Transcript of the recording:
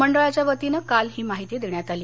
मंडळाच्या वतीनं काल ही माहिती देण्यात आली